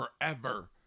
forever